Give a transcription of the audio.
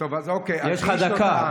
יש לך דקה.